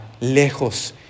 lejos